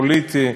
פוליטי,